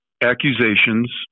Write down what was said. accusations